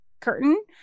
curtain